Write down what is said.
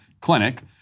clinic